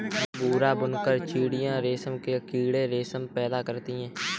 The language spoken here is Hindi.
भूरा बुनकर चीटियां रेशम के कीड़े रेशम पैदा करते हैं